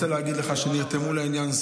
אני רוצה להגיד לך שהם נרתמו לעניין.